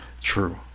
True